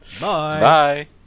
Bye